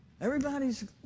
Everybody's